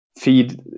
feed